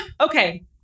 Okay